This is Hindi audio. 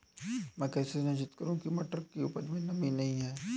मैं कैसे सुनिश्चित करूँ की मटर की उपज में नमी नहीं है?